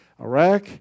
Iraq